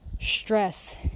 Stress